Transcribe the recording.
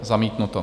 Zamítnuto.